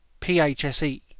PHSE